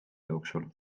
jooksul